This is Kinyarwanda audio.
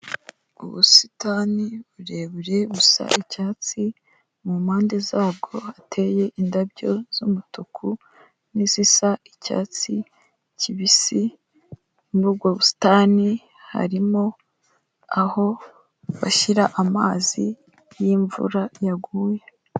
Ubusitani burebure busa icyatsi ku mpande zabwo hateye indabyo z'umutuku n'izisa icyatsi kibisi imvugo, muri ubwo ubusitani harimo aho bashyira amazi y'imvura yaguye.